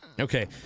Okay